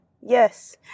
Yes